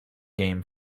game